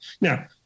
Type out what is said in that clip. Now